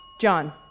John